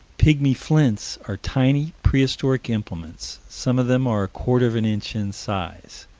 pigmy flints are tiny, prehistoric implements. some of them are a quarter of an inch in size.